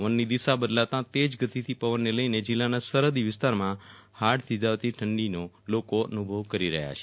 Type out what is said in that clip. પવનની દિશા બદલાતા તેજ ગતિથી પવનને લઈને જીલ્લાના સરફદી વિસ્તારમાં ફાડ થીજાવતી ઠંડીનો લોકોએ અનુભવ કરી રહ્યા છે